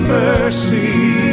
mercy